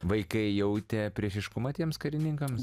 vaikai jautė priešiškumą tiems karininkams